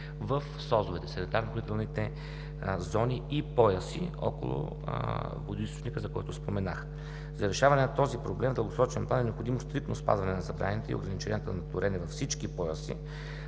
в санитарно-охранителните зони и пояси около водоизточника, за който споменах. За решаване на този проблем в дългосрочен план е необходимо стриктно спазване на забраните и ограниченията за торене във всички пояси